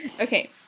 Okay